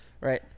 Right